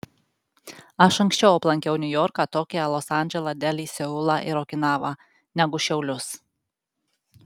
aš anksčiau aplankiau niujorką tokiją los andželą delį seulą ir okinavą negu šiaulius